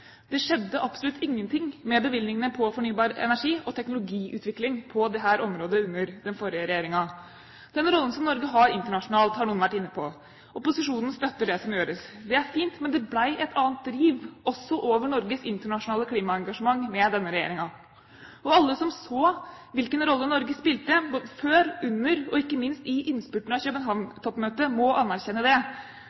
Det skjedde absolutt ingenting med bevilgningene til fornybar energi og teknologiutvikling på dette området under den forrige regjeringen. Den rollen som Norge har internasjonalt, har noen vært inne på. Opposisjonen støtter det som gjøres. Det er fint, men det ble et annet driv også over Norges internasjonale klimaengasjement med denne regjeringen. Alle som så hvilken rolle Norge spilte både før, under og ikke minst i innspurten av